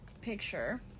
picture